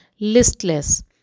listless